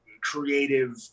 creative